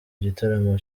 igitaramo